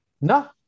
No